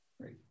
Great